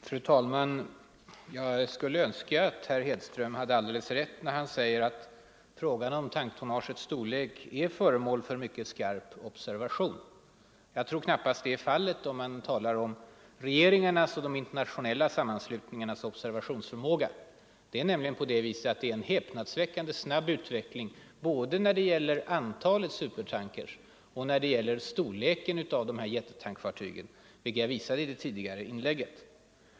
Fru talman! Jag skulle önska att herr Hedström hade alldeles rätt när han säger att frågan om tanktonnagets storlek är föremål för mycket ”skarp observation”. Jag tror knappast det är fallet, om man nämligen talar om regeringarnas och de internationella sammanslutningarnas observationsförmåga. Det är ju en häpnadsväckande snabb utveckling både när det gäller antalet supertankers och när det gäller storleken av de 111 här jättetankfartygen, vilket jag visade i mitt tidigare inlägg.